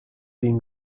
being